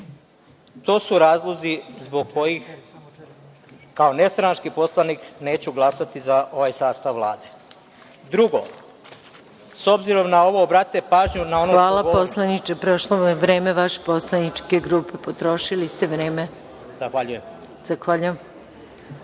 To su razlozi zbog kojih kao nestranački poslanik neću glasati za ovaj sastav Vlade. Drugo, s obzirom na ovo, obratite pažnju…. **Maja Gojković** Hvala poslaniče, potrošili ste vreme vaše poslaničke grupe. Potrošili ste vreme. Zahvaljujem. Reč